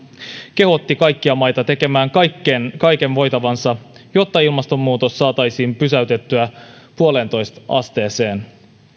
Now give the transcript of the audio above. kehotti kaikkia maita tekemään kaiken voitavansa jotta ilmastonmuutos saataisiin pysäytettyä yhteen pilkku viiteen asteeseen